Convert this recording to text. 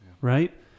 right